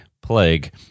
plague